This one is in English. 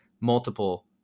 multiple